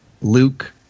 luke